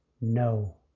no